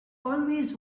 always